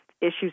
issues